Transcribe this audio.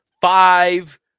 Five